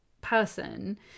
person